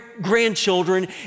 grandchildren